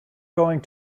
going